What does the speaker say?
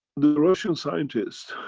the russian scientists